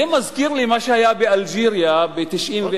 זה מזכיר לי מה שהיה באלג'יריה ב-1991,